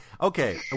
Okay